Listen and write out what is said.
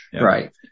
right